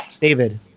David